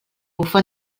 bufe